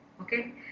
okay